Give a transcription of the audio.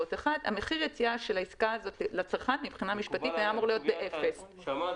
שהאירוע שלהם היה אמור להיות באפריל שנה שעברה,